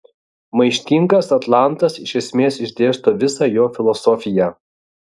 maištingas atlantas iš esmės išdėsto visą jo filosofiją